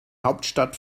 hauptstadt